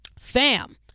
Fam